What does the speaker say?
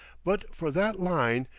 but for that line,